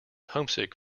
homesick